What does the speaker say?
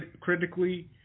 critically